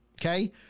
okay